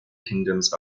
kingdoms